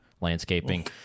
Landscaping